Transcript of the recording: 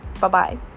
Bye-bye